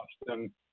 Austin